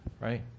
right